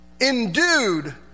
Endued